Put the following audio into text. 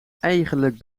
eigenlijk